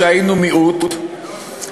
והיינו מיעוט,